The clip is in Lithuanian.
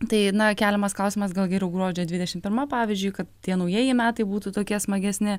tai na keliamas klausimas gal geriau gruodžio dvidešim pirma pavyzdžiui tie naujieji metai būtų tokie smagesni